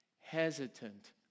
hesitant